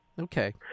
Okay